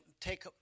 take